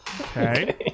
Okay